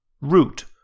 Root